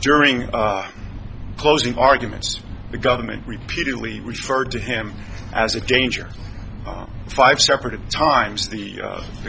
during closing arguments the government repeatedly referred to him as a danger five separate times the